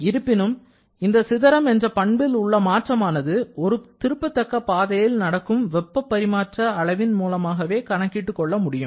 இருப்பினும் இந்த சிதறம் என்ற பண்பில் உள்ள மாற்றமானது ஒரு திருப்பத்தக்க பாதையில் நடக்கும் வெப்ப பரிமாற்ற அளவின் மூலமாகவே கணக்கிட்டுக் கொள்ள முடியும்